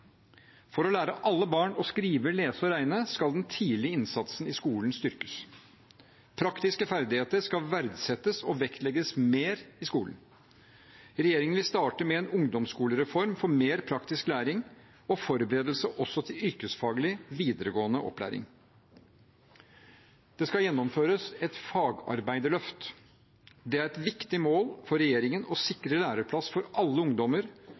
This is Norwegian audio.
For å lære alle barn å skrive, lese og regne skal den tidlige innsatsen i skolen styrkes. Praktiske ferdigheter skal verdsettes og vektlegges mer i skolen. Regjeringen vil starte med en ungdomsskolereform for mer praktisk læring og forberedelse også til yrkesfaglig videregående opplæring. Det skal gjennomføres et fagarbeiderløft. Det er et viktig mål for regjeringen å sikre læreplass for alle ungdommer